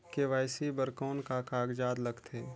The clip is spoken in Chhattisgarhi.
के.वाई.सी बर कौन का कागजात लगथे?